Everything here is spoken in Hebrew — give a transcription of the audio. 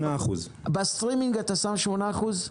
8%. אתה שם 8% בסטרימינג?